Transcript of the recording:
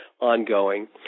ongoing